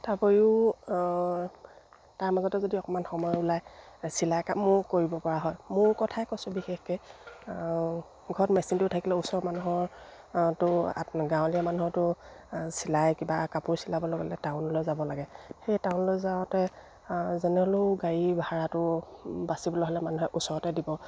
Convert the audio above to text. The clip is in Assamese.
তাৰোপৰিও তাৰ মাজতে যদি অকণমান সময় ওলাই চিলাই কামো কৰিব পৰা হয় মোৰ কথাই কৈছোঁ বিশেষকে ঘৰত মেচিনটো থাকিলে ওচৰ মানুহৰ তো গাঁৱলীয়া মানুহৰতো চিলাই কিবা কাপোৰ চিলাবলে গ'লে টাউনলৈ যাব লাগে সেই টাউনলৈ যাওঁতে যেনেহলেও গাড়ী ভাড়াটো বাচিবলৈ হ'লে মানুহে ওচৰতে দিব